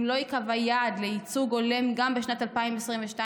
אם לא ייקבע יעד לייצוג הולם גם בשנת 2022,